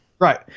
Right